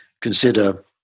consider